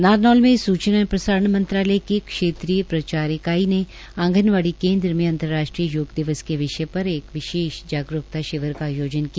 नौरनौल में सूचना एवं प्रसारण मंत्रालय की क्षेत्रीय प्रचार इकाई ने आंगनवाड़ी केन्द्र मे अंतर्राष्ट्रीय योग दिवस के विषय पर एक विशेष जागरूकता शिविर का आयोजन किया